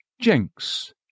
Jenks